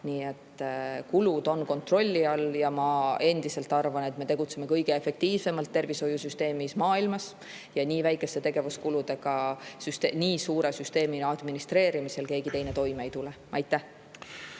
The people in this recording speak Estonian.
Nii et kulud on kontrolli all ja ma endiselt arvan, et meil on kõige efektiivsemalt tegutsev tervishoiusüsteem maailmas. Nii väikeste tegevuskuludega nii suure süsteemi administreerimisel keegi teine toime ei tule. Aitäh!